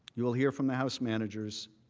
you will hear from the house managers